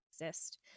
exist